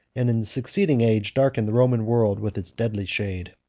and in the succeeding age darkened the roman world with its deadly shade.